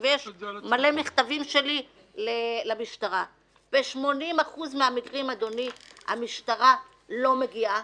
ויש מלא מכתבים שלי למשטרה, המשטרה לא מגיעה.